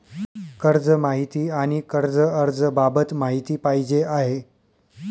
कर्ज माहिती आणि कर्ज अर्ज बाबत माहिती पाहिजे आहे